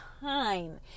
time